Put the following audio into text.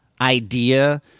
idea